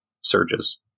surges